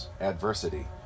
adversity